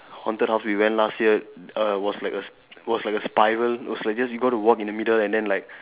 haunted house we went last year err was like a s was like a spiral was like just you got to walk in the middle and then like